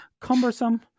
cumbersome